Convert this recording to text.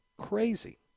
crazy